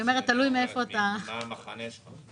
אני אומרת שתלוי מאיפה --- מה שמפריע לי פה,